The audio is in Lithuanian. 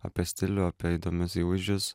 apie stilių apie įdomius įvaizdžius